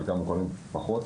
חלקם מוכרים פחות,